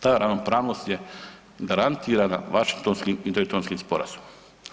Ta ravnopravnost je garantirana Washingtonskim i Daytonskim sporazumom.